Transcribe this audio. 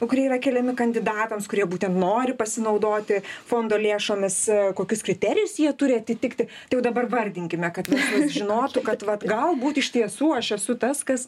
kurie yra keliami kandidatams kurie būtent nori pasinaudoti fondo lėšomis kokius kriterijus jie turi atitikti tai jau dabar vardinkime kad verslas žinotų kad vat galbūt iš tiesų aš esu tas kas